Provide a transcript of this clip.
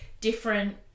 different